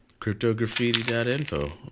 CryptoGraffiti.info